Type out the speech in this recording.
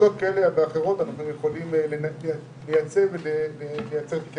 בשיטות כאלה ואחרות אנחנו יכולים לייצר אכיפה.